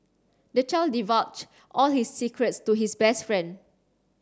the child divulged all his secrets to his best friend